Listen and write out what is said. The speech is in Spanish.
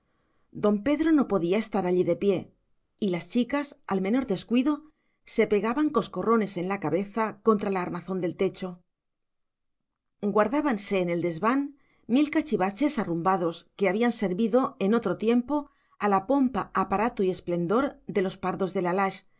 don pedro no podía estar allí de pie y las chicas al menor descuido se pegaban coscorrones en la cabeza contra la armazón del techo guardábanse en el desván mil cachivaches arrumbados que habían servido en otro tiempo a la pompa aparato y esplendor de los pardos de la lage y